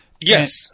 Yes